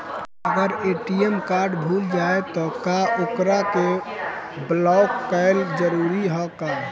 अगर ATM card भूला जाए त का ओकरा के बलौक कैल जरूरी है का?